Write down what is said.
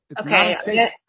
Okay